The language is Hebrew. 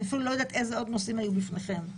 איזה עוד נושאים היו בפניכם,